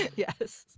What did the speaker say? yes.